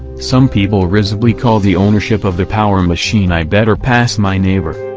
some people risibly call the ownership of the power machine i better pass my neighbor.